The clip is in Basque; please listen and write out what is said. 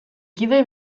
kide